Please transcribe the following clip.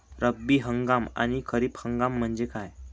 रब्बी हंगाम आणि खरीप हंगाम म्हणजे काय?